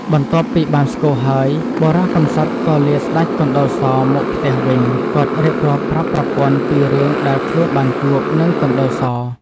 បន្ទាប់ពីបានស្គរហើយ បុរសកំសត់ក៏លាស្ដេចកណ្តុរសមកផ្ទះ វិញគាត់រៀបរាប់ប្រាប់ប្រពន្ធពីរឿងដែលខ្លួនបានជួប នឹងកណ្តុរស ។